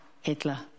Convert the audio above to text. Hitler